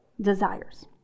desires